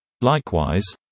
Likewise